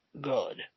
good